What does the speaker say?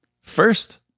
first